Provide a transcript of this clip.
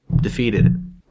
defeated